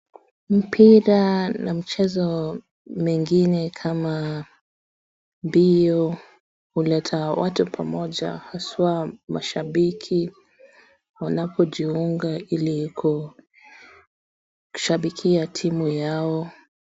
Mpira na mchezo mingine kama mbio huleta watu pamoja haswa mashabiki waanpojiunga ili kushabikia timu yao.